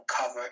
cover